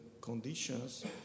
conditions